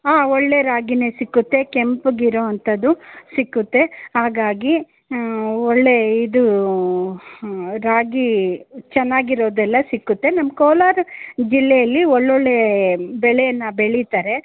ಹಾಂ ಒಳ್ಳೆಯ ರಾಗಿನೆ ಸಿಕ್ಕುತ್ತೆ ಕೆಂಪಗಿರೋ ಅಂಥದ್ದು ಸಿಕ್ಕುತ್ತೆ ಹಾಗಾಗಿ ಒಳ್ಳೆಯ ಇದು ರಾಗಿ ಚೆನ್ನಾಗಿರೋದೆಲ್ಲ ಸಿಕ್ಕುತ್ತೆ ನಮ್ಮ ಕೋಲಾರ ಜಿಲ್ಲೆಯಲ್ಲಿ ಒಳ್ಳೊಳ್ಳೆಯ ಬೆಳೆಯನ್ನ ಬೆಳೀತಾರೆ